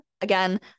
Again